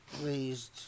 raised